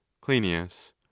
cleinias